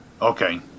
Okay